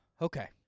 okay